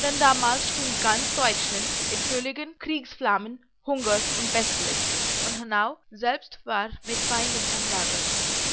dann damals stund ganz teutschland in völligen kriegsflammen hunger und pestilenz und hanau selbst war mit feinden umlagert